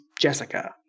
Jessica